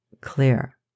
clear